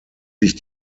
sich